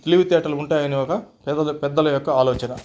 తెలివితేటలు ఉంటాయని ఒక పెద్దల యొక్క ఆలోచన